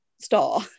star